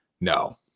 No